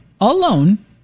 alone